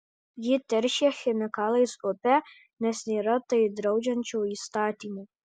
ji teršia chemikalais upę nes nėra tai draudžiančio įstatymo